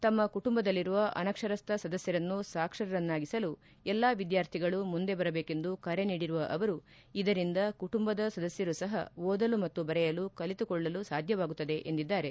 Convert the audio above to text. ತಮ್ಮ ಕುಟುಂಬದಲ್ಲಿರುವ ಅನಕ್ಷರಸ್ತ ಸದಸ್ಟರನ್ನು ಸಾಕ್ಷರರನ್ನಾಗಿಸಲು ಎಲ್ಲಾ ವಿದ್ಯಾರ್ಥಿಗಳು ಮುಂದೆ ಬರಬೇಕೆಂದು ಕರೆ ನೀಡಿರುವ ಅವರು ಇದರಿಂದ ಕುಟುಂಬದ ಸದಸ್ನರೂ ಸಹ ಓದಲು ಮತ್ತು ಬರೆಯಲು ಕಲಿತುಕೊಳ್ಳಲು ಸಾಧ್ಯವಾಗುತ್ತದೆ ಎಂದಿದ್ದಾರೆ